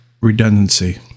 redundancy